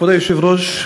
כבוד היושב-ראש,